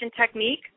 technique